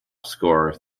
scorer